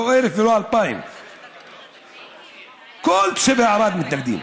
לא 1,000 ולא 2,000. כל תושבי ערד מתנגדים.